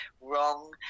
wrong